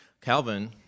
Calvin